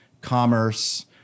commerce